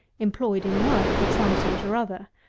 employed in work of some sort or other.